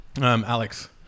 Alex